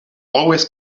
always